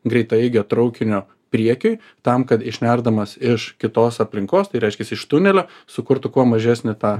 greitaeigio traukinio priekiui tam kad išnerdamas iš kitos aplinkos tai reiškiasi iš tunelio sukurtų kuo mažesnį tą